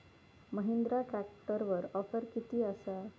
महिंद्रा ट्रॅकटरवर ऑफर किती आसा?